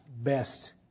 best